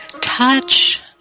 touch